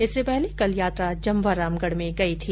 इससे पहले कल यात्रा जमवारामगढ़ में गयी थी